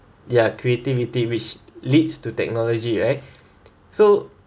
their creativity which leads to technology right so